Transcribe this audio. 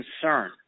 concern